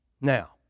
Now